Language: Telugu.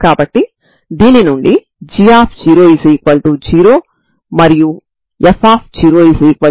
కాబట్టి ఇప్పుడు మనం మాత్రిక యొక్క డిటెర్మినెంట్ ని కనుక్కుందాం